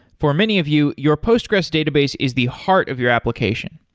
for many of you, your postgres database is the heart of your application.